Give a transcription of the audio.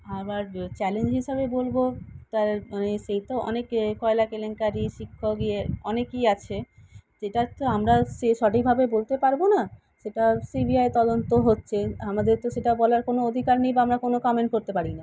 আবার চ্যালেঞ্জ হিসাবে বলব তার মানে সে তো অনেকে কয়লা কেলেঙ্কারি শিক্ষক ইয়ে অনেকই আছে যেটা তো আমরা সে সঠিকভাবে বলতে পারব না সেটা সিবিআই তদন্ত হচ্ছে আমাদের তো সেটা বলার কোনো অধিকার নেই বা আমরা কোনো কামেন্ট করতে পারি না